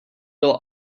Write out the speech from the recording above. will